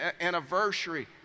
anniversary